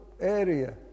area